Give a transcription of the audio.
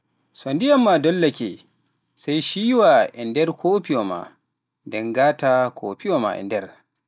So ndiyam maa dollake sey ciiwa e nder koofiwa maa, nden ngaataa kofiwa maa e nder.